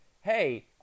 Hey